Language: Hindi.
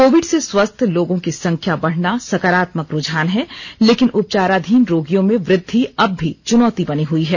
कोविड से स्वस्थ लोगों की संख्या बढ़ना सकारात्मक रूझान है लेकिन उपचाराधीन रोगियों में वृद्धि अब भी चुनौती बनी हुई है